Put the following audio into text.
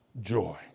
joy